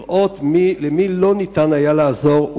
לראות למי לא ניתן היה לעזור,